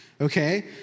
Okay